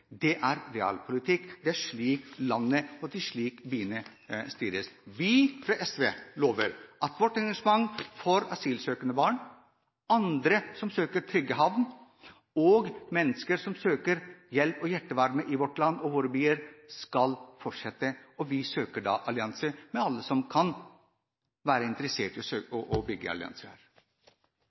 Det er realpolitikk, det er slik landet og byene styres. Vi fra SV lover at vårt engasjement for asylsøkende barn og andre som søker en trygg havn – mennesker som søker hjelp og hjertevarme i vårt land og våre byer – skal fortsette. Vi søker allianse med alle som kan være interessert i å bygge